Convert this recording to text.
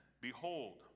behold